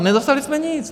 Nedostali jsme nic.